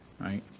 right